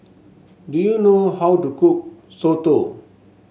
do you know how to cook Soto